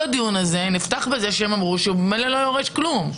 הדיון הזה נפתח בזה שהם אמרו שהוא ממילא לא יורש כלום.